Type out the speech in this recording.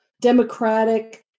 democratic